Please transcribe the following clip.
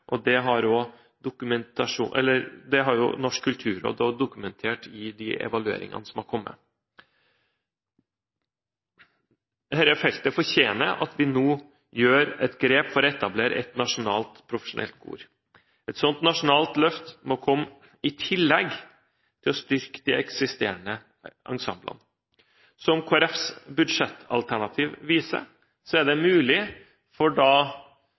Det har Norsk kulturråd også dokumentert i de evalueringene som har kommet. Dette feltet fortjener at vi nå gjør et grep for å etablere et nasjonalt profesjonelt kor. Et slikt nasjonalt løft må komme i tillegg til å styrke de eksisterende ensemblene. Som Kristelig Folkepartis budsjettalternativ viser, er det mulig, for